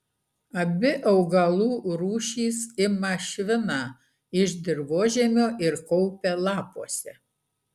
abi augalų rūšys ima šviną iš dirvožemio ir kaupia lapuose